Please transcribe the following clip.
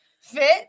fit